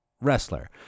wrestler